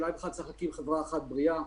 שאולי בכלל צריך להקים חברה אחת בריאה,